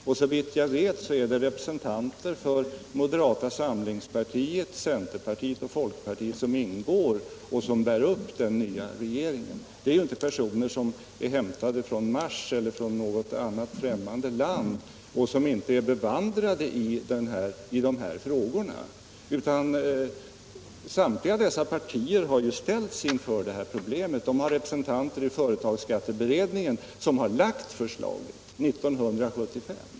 Och såvitt jag vet är det representanter för moderata samlingspartiet, centerpartiet och folkpartiet som ingår i och som bär upp den nya regeringen — det är ju inte personer som är hämtade från Mars eller något annat främmande land och som inte är bevandrade i de här frågorna. Samtliga dessa partier har ställts inför problemet. De har representanter i företagsskatteberedningen, som lagt förslaget 1975.